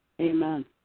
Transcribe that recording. Amen